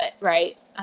right